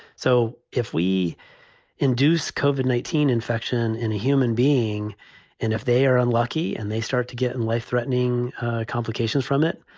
so if we induce cauvin eighteen infection in a human being and if they are unlucky and they start to get life threatening complications from it,